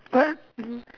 but